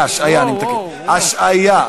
אני מתקן: השעיה.